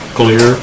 clear